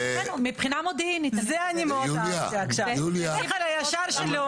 ועל בסיס זה הערכה שלנו שיכול להיות שהדרכון הישראלי הזה,